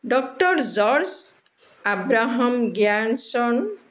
doctor George Abraham Grierson